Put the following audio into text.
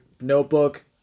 notebook